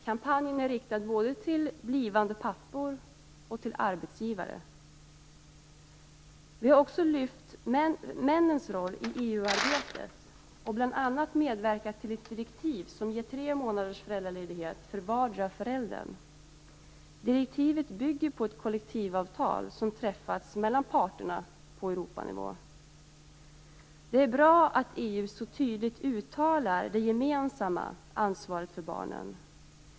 Kampanjen är riktad både till blivande pappor och till arbetsgivare. Vi har också lyft fram männens roll i EU-arbetet och bl.a. medverkat till ett direktiv som ger tre månaders föräldraledighet för vardera föräldern. Direktivet bygger på ett kollektivavtal, som har träffats mellan parterna på Europanivå. Det är bra att EU så tydligt uttalar det gemensamma ansvaret för barnen.